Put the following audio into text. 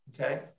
okay